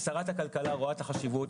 שרת הכלכלה רואה את החשיבות,